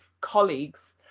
colleagues